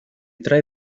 trae